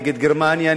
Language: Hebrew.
נגד גרמניה,